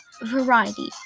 Variety